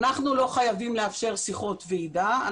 אנחנו לא חייבים לאפשר שיחות ועידה.